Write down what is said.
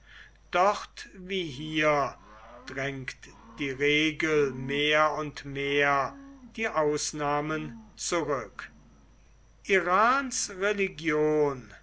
dort wie hier drängt die regel mehr und mehr die ausnahmen zurück irans religion